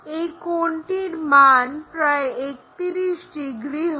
এই কোনটির মান প্রায় 31 ডিগ্রি হয়